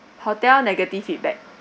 hotel negative feedback